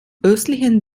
östlichen